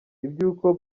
iby’uko